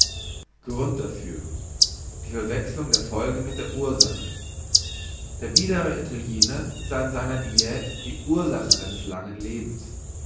grund dafür die verwechslung der folge mit der ursache der biedere italiäner sah in seiner diät die ursache seines langen lebens